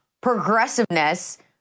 progressiveness